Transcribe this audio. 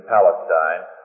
Palestine